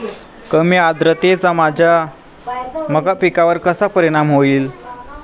कमी आर्द्रतेचा माझ्या मका पिकावर कसा परिणाम होईल?